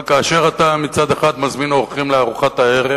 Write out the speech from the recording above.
אבל כאשר אתה מצד אחד מזמין אורחים לארוחת הערב